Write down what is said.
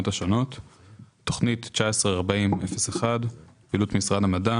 תכנית 19-40-01 - פעילות משרד המדע